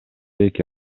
эки